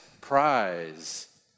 prize